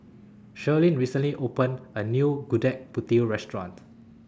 Shirlene recently opened A New Gudeg Putih Restaurant